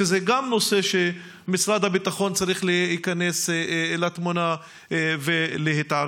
וגם זה נושא שמשרד הביטחון צריך להיכנס לתמונה ולהתערב.